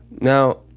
Now